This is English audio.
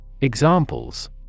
Examples